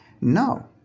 No